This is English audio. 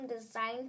design